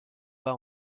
pas